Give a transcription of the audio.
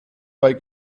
bei